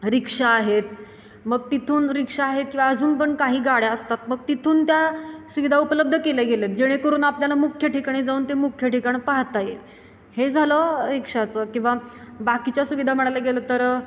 रिक्षा आहेत मग तिथून रिक्षा आहेत किंवा अजून पण काही गाड्या असतात मग तिथून त्या सुविधा उपलब्ध केल्या गेलेत जेणेकरून आपल्याला मुख्य ठिकाणी जाऊन ते मुख्य ठिकाणं पाहता येईल हे झालं रिक्षाचं किंवा बाकीच्या सुविधा म्हणायला गेलं तर